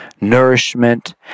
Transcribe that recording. nourishment